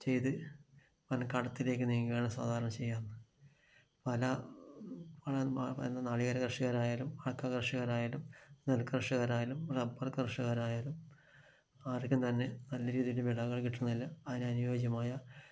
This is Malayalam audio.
ചെയ്തു കടത്തിലേക്ക് നീങ്ങുകയാണ് സാധാരണ ചെയ്യുക പല നാളികേര കർഷകർ ആയാലും കർഷകർ ആയാലും നെൽ കർഷകർ ആയാലും റബ്ബർ കർഷകർ ആയാലും ആർക്കും തന്നെ നല്ല രീതിയിൽ വിളകൾ കിട്ടുന്നില്ല അതിന് അനുയോജ്യമായ